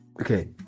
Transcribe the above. okay